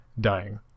dying